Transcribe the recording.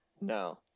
No